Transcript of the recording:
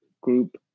group